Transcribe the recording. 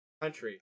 country